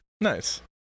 nice